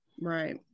right